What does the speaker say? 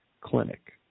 clinic